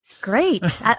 Great